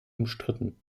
umstritten